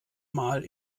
mal